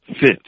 fit